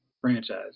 franchise